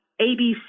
ABC